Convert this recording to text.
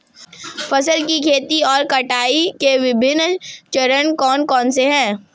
फसल की खेती और कटाई के विभिन्न चरण कौन कौनसे हैं?